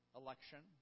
election